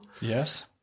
Yes